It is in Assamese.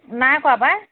নাইকৰা পাই